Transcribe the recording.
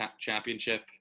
championship